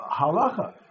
Halacha